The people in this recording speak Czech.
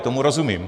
Tomu rozumím.